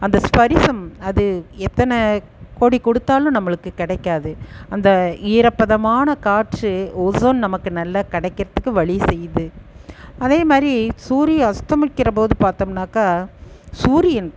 அந்த ஸ்பரிசம் அது எத்தனை கோடிக் கொடுத்தாலும் நம்பளுக்கு கிடைக்காது அந்த ஈரப்பதமான காற்று ஓஸோன் நமக்கு நல்லா கிடைக்கறத்துக்கு வழி செய்யுது அதே மாதிரி சூரியன் அஸ்தமிக்கிறபோது பார்த்தம்னாக்கா சூரியன்